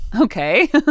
Okay